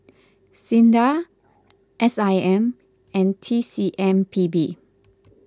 Sinda S I M and T C M P B